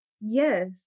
yes